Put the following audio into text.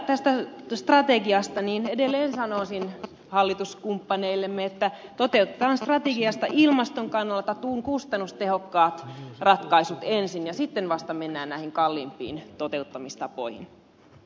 tästä strategiasta edelleen sanoisin hallituskumppaneillemme että toteutetaan strategiasta ilmaston kannalta kustannustehokkaat ratkaisut ensin ja sitten vasta mennään näihin kalliimpiin toteuttamistapoihin